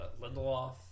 lindelof